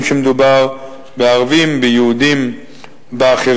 בין שמדובר בערבים, בין שמדובר ביהודים ובאחרים.